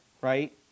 right